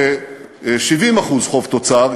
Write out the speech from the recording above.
בכ-70% חוב תוצר,